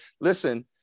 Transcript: listen